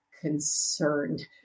concerned